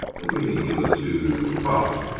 how do you mean he was too ha?